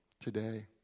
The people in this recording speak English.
today